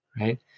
Right